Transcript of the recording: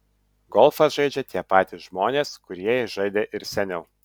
golfą žaidžia tie patys žmonės kurie jį žaidė ir seniau